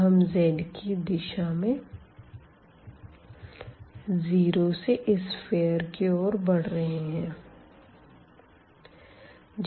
तो हम z की दिशा में 0 से इस सफ़ियर की ओर बढ़ रहे है